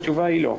התשובה היא לא.